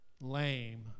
lame